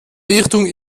richtung